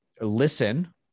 Listen